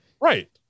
Right